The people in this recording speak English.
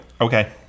Okay